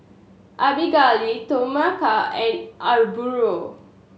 Abigale Tomeka and